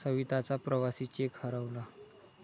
सविताचा प्रवासी चेक हरवला